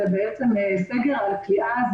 זה סגר על כליאה,